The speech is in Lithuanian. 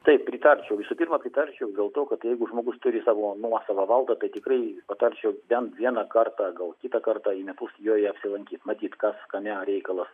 tai pritarčiau visų pirma pritarčiau dėl to kad jeigu žmogus turi savo nuosavą valdą tai tikrai patarčiau bent vieną kartą gal kitą kartą į metus joje apsilankyt matyt kas kame reikalas